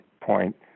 point